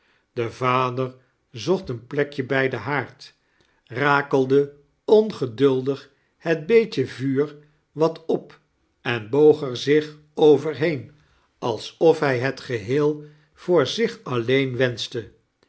de vader zocht een plekje bij den haard rakelde ongeduldig het beetje vuur wat op en boog er zich overheen alsof hi hel geheel voor zich alleen wenschte